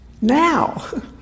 now